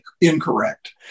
incorrect